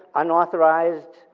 unauthorized,